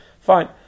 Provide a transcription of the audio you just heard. Fine